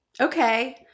Okay